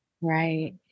Right